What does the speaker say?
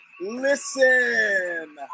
Listen